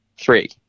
three